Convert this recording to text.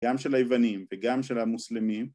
גם של היוונים וגם של המוסלמים